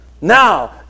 Now